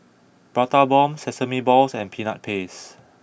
Prata Bomb Sesame Balls and Peanut Paste